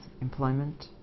employment